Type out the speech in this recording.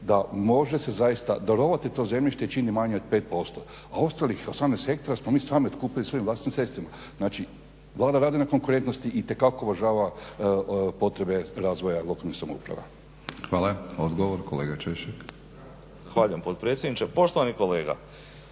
da može se zaista darovati to zemljište jer čini manje od 5% a ostalih 18 hektara smo mi sami otkupili svojim vlastitim sredstvima, znači Vlada radi na konkurentnosti itekako uvažava potrebe razvoja lokalnih samouprava. **Batinić, Milorad (HNS)** Hvala. Odgovor kolega